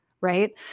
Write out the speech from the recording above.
right